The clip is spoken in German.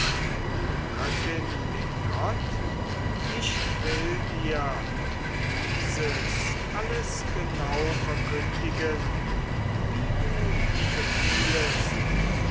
du göttin den gott ich will dir dieses alles genau verkündigen wie du befiehlest